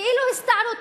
כאילו הסתערות.